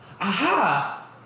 aha